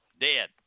Dead